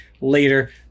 later